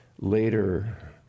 Later